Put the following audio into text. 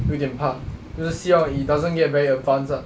有一点怕就是希望 it doesn't get very advanced ah